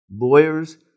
Lawyers